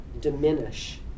diminish